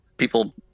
People